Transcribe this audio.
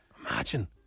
Imagine